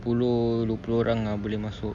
sepuluh dua puluh orang lah boleh masuk